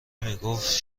میگفت